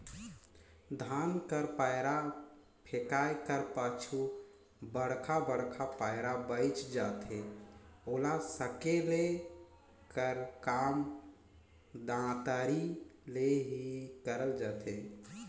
धान कर पैरा फेकाए कर पाछू बड़खा बड़खा पैरा बाएच जाथे ओला सकेले कर काम दँतारी ले ही करल जाथे